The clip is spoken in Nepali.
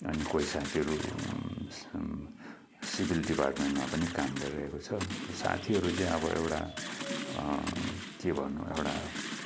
अनि कोही साथीहरू सिभिल डिपार्टमेन्टमा पनि काम गरिरहेको छ साथीहरू चाहिँ अब एउटा के भन्नु एउटा